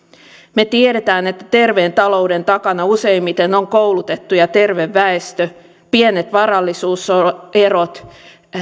me tiedämme että terveen talouden takana useimmiten on koulutettu ja terve väestö pienet varallisuuserot